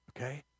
Okay